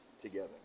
together